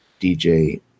dj